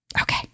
Okay